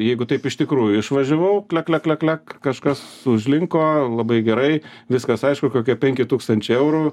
jeigu taip iš tikrųjų išvažiavau kleklekleklek kažkas užlinko labai gerai viskas aišku kokie penki tūkstančiai eurų